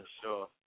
sure